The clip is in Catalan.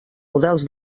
models